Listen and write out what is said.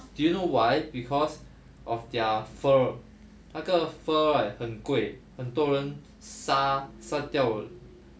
do you know why cause of their fur 那个 fur right 很贵很多人杀杀掉